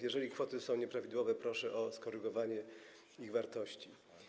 Jeżeli kwoty są nieprawidłowe, proszę o skorygowanie ich wartości.